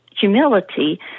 humility